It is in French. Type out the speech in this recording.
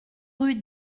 rue